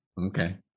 Okay